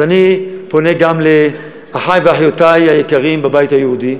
אז אני פונה גם לאחי ואחיותי היקרים בבית היהודי